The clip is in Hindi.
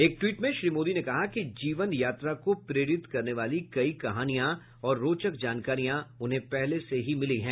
एक ट्वीट में श्री मोदी ने कहा कि जीवन यात्रा को प्रेरित करने वाली कई कहानियां और रोचक जानकारियां उन्हें पहले से ही मिली हैं